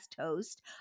host